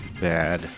Bad